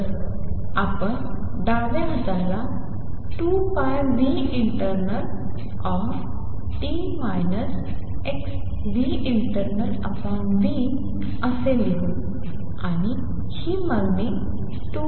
तर आपण डाव्या हाताला 2πinternalt xinternalvलिहू आणि ही मागणी 2πclockt